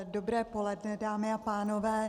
Dobré poledne, dámy a pánové.